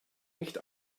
nicht